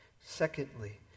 Secondly